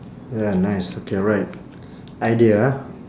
ya nice okay right idea ah